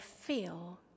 feel